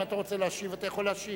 אם אתה רוצה להשיב אתה יכול להשיב.